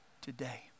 today